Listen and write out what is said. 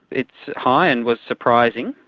it's high and was surprising.